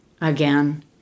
again